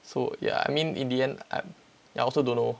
so yeah I mean in the end I I also don't know